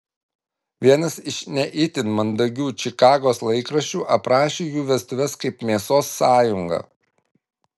vienas iš ne itin mandagių čikagos laikraščių aprašė jų vestuves kaip mėsos sąjungą